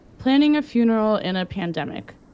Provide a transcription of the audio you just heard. planning a funeral in a pandemic.